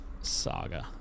saga